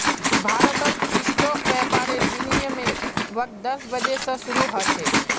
भारतत स्टॉक व्यापारेर विनियमेर वक़्त दस बजे स शरू ह छेक